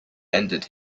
ended